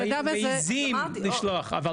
לא היו מעיזים לשלוח --- אז אמרתי --- אבל